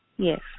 Yes